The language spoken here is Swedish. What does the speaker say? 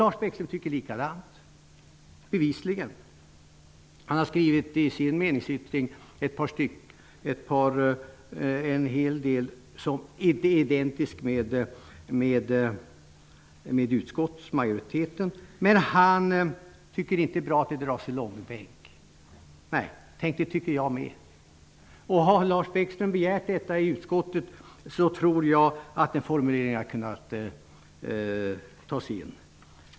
Lars Bäckström tycker bevisligen likadant. I sin meningsyttring har han skrivit en hel del som är identiskt med utskottsmajoritens uttalande. Men han tycker inte att det är bra att det dras i långbänk. Det tycker inte jag heller. Om Lars Bäckström hade begärt det i utskottet tror jag att en formulering om detta hade kunnat tas in.